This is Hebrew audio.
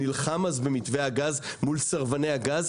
שנלחם אז במתווה הגז מול סרבני הגז.